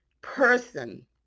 person